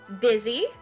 busy